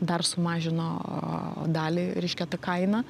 dar sumažino dalį reiškia tą kainą